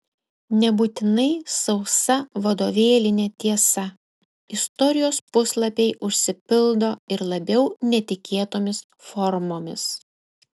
nebūtinai sausa vadovėlinė tiesa istorijos puslapiai užsipildo ir labiau netikėtomis formomis